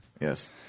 yes